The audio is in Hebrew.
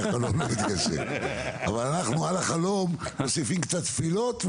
אבל אנחנו על החלום מוסיפים קצת תפילות,